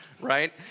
Right